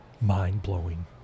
Mind-blowing